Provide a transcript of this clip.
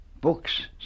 Books